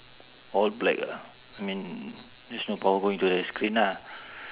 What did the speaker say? all black ah I mean there's no power going to the screen lah